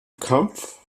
kampf